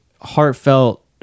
heartfelt